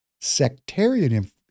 sectarian